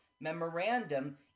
memorandum